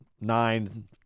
nine